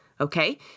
okay